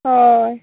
हय